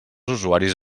usuaris